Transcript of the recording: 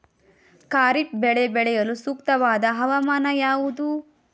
ಖಾರಿಫ್ ಬೆಳೆ ಬೆಳೆಯಲು ಸೂಕ್ತವಾದ ಹವಾಮಾನ ಯಾವುದು?